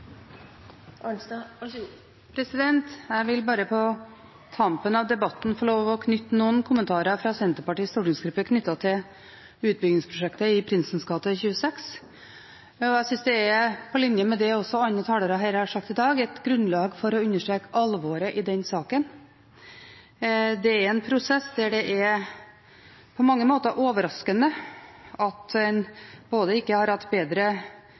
Jeg vil bare, på tampen av debatten, få lov til å knytte noen kommentarer fra Senterpartiets stortingsgruppe til utbyggingsprosjektet i Prinsens gate 26. Jeg synes, på linje med det også andre talere har sagt her i dag, det er grunnlag for å understreke alvoret i den saken. Det er en prosess der det på mange måter er overraskende at en ikke har hatt bedre